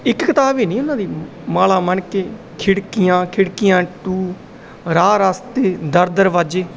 ਇੱਕ ਕਿਤਾਬ ਵੀ ਨਹੀਂ ਉਹਨਾਂ ਦੀ ਮਾਲਾ ਮਣਕੇ ਖਿੜਕੀਆਂ ਖਿੜਕੀਆਂ ਟੂ ਰਾਹ ਰਸਤੇ ਦਰ ਦਰਵਾਜ਼ੇ